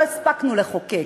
לא הספקנו לחוקק.